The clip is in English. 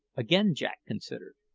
again jack considered.